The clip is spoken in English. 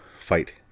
fight